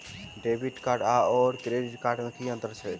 Debit card आओर credit card मे की अन्तर छैक?